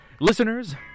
Listeners